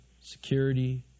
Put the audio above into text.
security